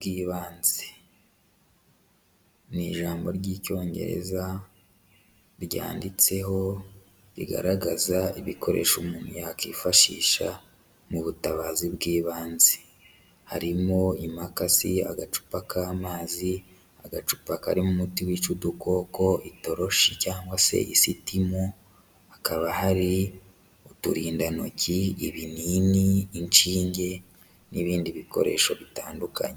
Bw'ibanze, ni ijambo ry'icyongereza ryanditseho rigaragaza ibikoresho umuntu yakwifashisha mu butabazi bw'ibanze, harimo: imakasi, agacupa k'amazi, agacupa karimo umuti wica udukoko, itoroshi cyangwa se isitimu, hakaba hari uturindantoki, ibinini, inshinge n'ibindi bikoresho bitandukanye.